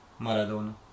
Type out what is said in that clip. Maradona